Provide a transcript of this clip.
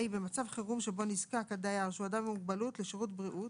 (ה)במצב חירום שבו נזקק דייר שהוא אדם עם מוגבלות לשירות בריאות